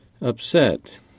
upset